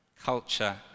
culture